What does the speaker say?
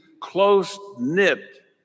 close-knit